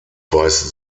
weiß